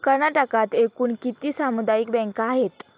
कर्नाटकात एकूण किती सामुदायिक बँका आहेत?